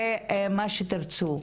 ומה שתרצו.